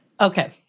Okay